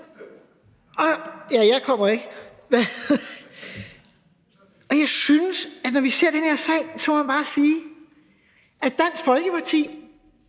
at fiske mest. Jeg synes, at når vi ser den her sag, må man bare sige, at Dansk Folkeparti